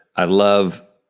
i love,